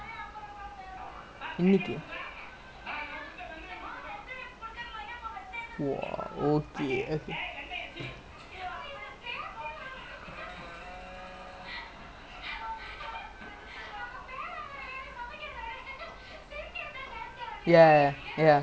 நாளைக்கா:naalaikkaa oh இன்னைக்கு இன்னைக்கு:innaikku innaikku sorry sorry like nine forty lah because I no you know like this sanjay right பிச்சக்காரன்:pichakkaaran you know because like நம்ம:namma match பண்ணுவோம்:pannuvom then அவன்டே கேட்டுருக்கீங்களா:avantae kaetturukeengalaa but then you know all the duties is just like sunday and err I got some jasmine green tea lah you know the fuck is that